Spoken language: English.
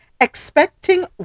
expecting